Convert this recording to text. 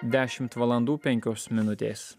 dešimt valandų penkios minutės